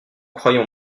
croyons